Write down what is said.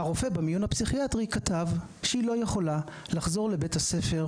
הרופא במיון הפסיכיאטרי כתב שהיא לא יכולה לחזור לבית הספר,